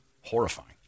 horrifying